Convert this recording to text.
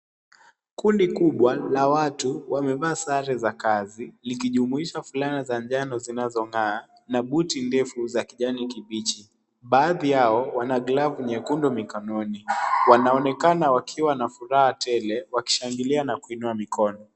Kundi kubwa la watu wamevaa sare za kazi likijumuisha fulana za njano zinazong'aa na buti ndefu za kijani kibichi. Baadhi yao wana glavu nyekundu mikononi. Wanaonekana wakiwa na furaha tele, wakishangilia na kuinua mikono.